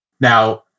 Now